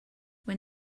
when